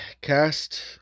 cast